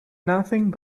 nothing